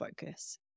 focus